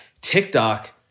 TikTok